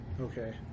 Okay